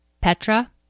Petra